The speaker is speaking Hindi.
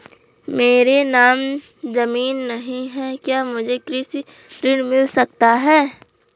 मेरे नाम ज़मीन नहीं है क्या मुझे कृषि ऋण मिल सकता है?